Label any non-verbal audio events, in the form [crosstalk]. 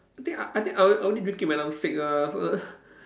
I think I I think I will I will only drink it when I'm sick lah so [noise]